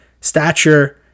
stature